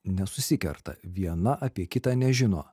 nesusikerta viena apie kitą nežino